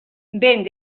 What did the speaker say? vent